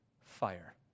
fire